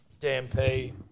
DMP